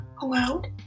allowed